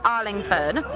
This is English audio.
Arlingford